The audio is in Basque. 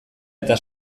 eta